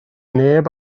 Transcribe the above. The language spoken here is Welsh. neb